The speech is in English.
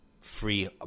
free